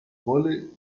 bolle